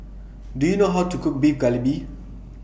Do YOU know How to Cook Beef Galbi